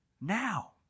now